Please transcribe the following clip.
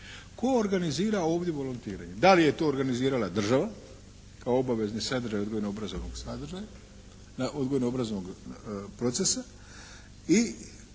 tko organizira ovdje volontiranje. Da li je to organizirala država kao obvezni sadržaj odgojno obrazovnog sadržaja, odgojno obrazovnog procesa i/ili